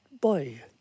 boy